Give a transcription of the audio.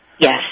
Yes